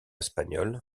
espagnole